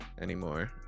anymore